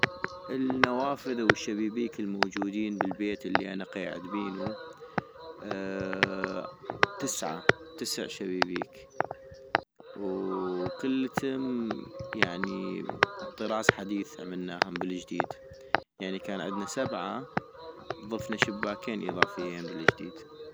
النوافذ او الشبيبيك الموجودين بالبيت الي انا قيعد بينو ، ااا تسعة تسع شبيبيك وكلتم يعني طراز حديث عملناهم بالجديد - يعني كان عدنا سبعة ضفنا شباكين اضافيين بالجديد